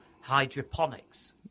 hydroponics